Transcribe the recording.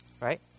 Right